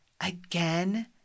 again